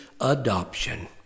adoption